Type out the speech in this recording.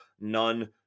none